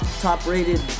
top-rated